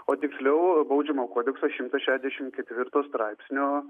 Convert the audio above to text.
o tiksliau baudžiamojo kodekso šimtas šešiasdešimt ketvirto straipsnio